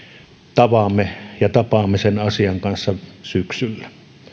tavaamme ja tapaamme sen asian kanssa syksyllä